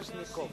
מישזניקוב.